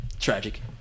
Tragic